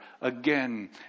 again